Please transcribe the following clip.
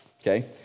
Okay